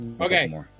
Okay